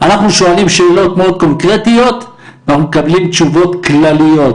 אנחנו שואלים שאלות מאוד קונקרטיות ומקבלים תשובות כלליות.